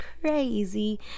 crazy